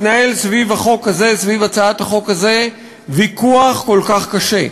התנהל סביב הצעת החוק הזאת ויכוח כל כך קשה,